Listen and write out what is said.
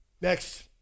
Next